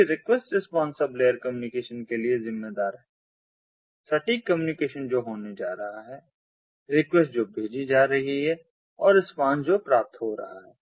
जबकि request response sub layer communication के लिए जिम्मेदार है सटीक कम्युनिकेशन जो होने जा रहा है रिक्वेस्ट जो भेजी जा रही है और रिस्पांस जो प्राप्त हो रहा है